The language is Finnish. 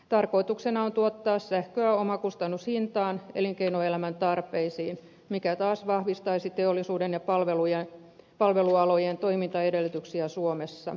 tarkoituksena on tuottaa sähköä omakustannushintaan elinkeinoelämän tarpeisiin mikä taas vahvistaisi teollisuuden ja palvelualojen toimintaedellytyksiä suomessa